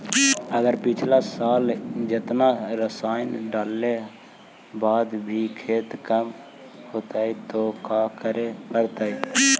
अगर पिछला साल जेतना रासायन डालेला बाद भी खेती कम होलइ तो का करे पड़तई?